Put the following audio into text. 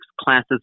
classes